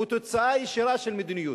הוא תוצאה ישירה של מדיניות,